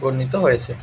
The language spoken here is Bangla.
গণ্যিত হয়েছে